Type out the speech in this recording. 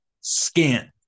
scant